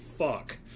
fuck